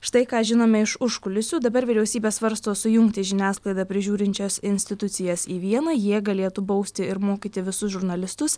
štai ką žinome iš užkulisių dabar vyriausybė svarsto sujungti žiniasklaidą prižiūrinčias institucijas į vieną jie galėtų bausti ir mokyti visus žurnalistus